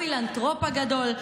הפילנתרופ הגדול,